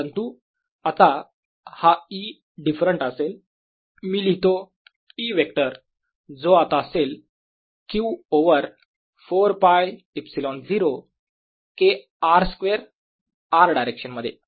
परंतु आता हा E डिफरंट असेल मी लिहितो E वेक्टर जो आता असेल Q over 4π ε0 K r square r direction मध्ये